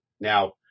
Now